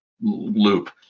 loop